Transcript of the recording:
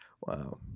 Wow